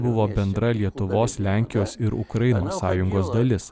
buvo bendra lietuvos lenkijos ir ukrainos sąjungos dalis